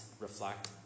reflect